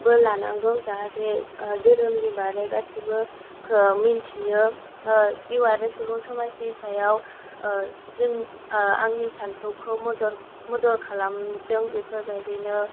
बोलानांगौ जाहाथे दोहोरोमनि बारै गासिबो मिन्थियो जिउ आरो सुबुं समाजनि सायाव जों आंनि सानथौखौ मदद खालामदों बेफोर बायदिनो